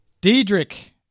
Diedrich